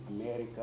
America